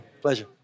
Pleasure